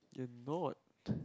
can not